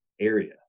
area